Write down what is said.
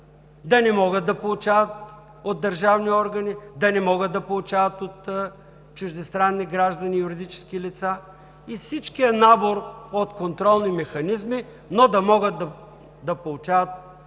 да не могат да получават от държавни органи, да не могат да получават от чуждестранни граждани и юридически лица и всичкия набор от контролни механизми, но да могат да получават,